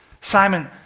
simon